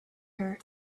her